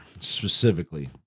specifically